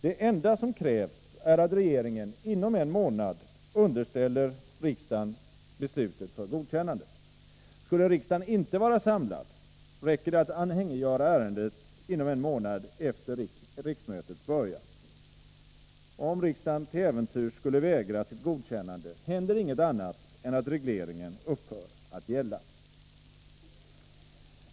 Det enda som krävs är att regeringen inom en månad underställer riksdagen beslutet för godkännande. Skulle riksdagen inte vara samlad, räcker det att anhängiggöra ärendet inom en månad efter riksmötets början. Om riksdagen till äventyrs skulle vägra sitt godkännande, händer inget annat än att regleringen upphör att gälla.